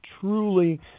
truly